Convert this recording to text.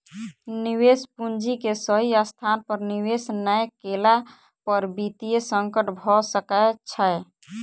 निवेश पूंजी के सही स्थान पर निवेश नै केला पर वित्तीय संकट भ सकै छै